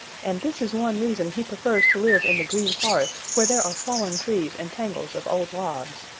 and this is one reason he prefers to live in the green forest where there are fallen trees and tangles of old logs.